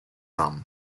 dame